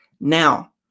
Now